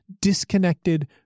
disconnected